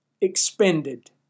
expended